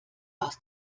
aus